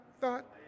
thought